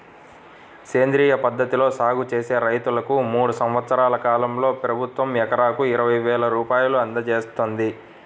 సేంద్రియ పద్ధతిలో సాగు చేసే రైతన్నలకు మూడు సంవత్సరాల కాలంలో ప్రభుత్వం ఎకరాకు ఇరవై వేల రూపాయలు అందజేత్తంది